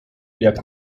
jak